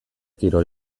kirol